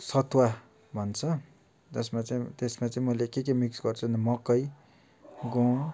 सतुवा भन्छ जसमा चाहिँ त्यसमा चाहिँ म के के मिक्स गर्छु भन्दा मकै गहुुँ